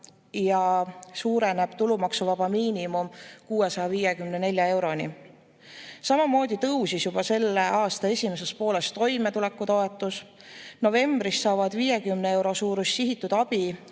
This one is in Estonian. ja suureneb tulumaksuvaba miinimum 654 euroni. Samamoodi tõusis juba selle aasta esimeses pooles toimetulekutoetus. Novembris saavad 50 euro suurust sihitud abi